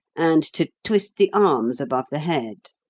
and to twist the arms above the head.